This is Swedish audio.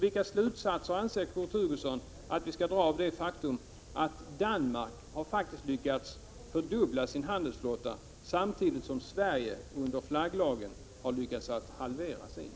Vilka slutsatser anser Kurt Hugosson att vi skall dra av det faktum att Danmark faktiskt har lyckats fördubbla sin handelsflotta samtidigt som Sverige under flagglagens tid har lyckats halvera sin?